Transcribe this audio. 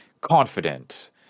confident